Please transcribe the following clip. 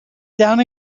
down